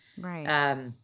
Right